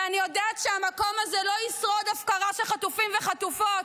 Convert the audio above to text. ואני יודעת שהמקום הזה לא ישרוד הפקרה של חטופים וחטופות,